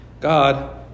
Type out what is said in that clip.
God